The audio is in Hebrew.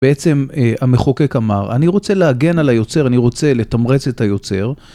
בעצם המחוקק אמר, אני רוצה להגן על היוצר, אני רוצה לתמרץ את היוצר.